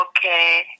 Okay